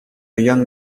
young